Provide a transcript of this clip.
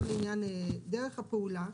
גם לעניין דרך הפעולה,